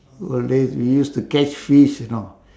old days we used to catch fish you know